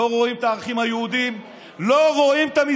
לא רואים את הערכים היהודיים,